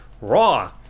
Raw